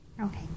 Okay